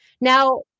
now